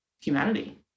humanity